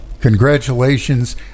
Congratulations